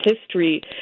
history